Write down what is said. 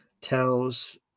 tells